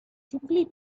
simply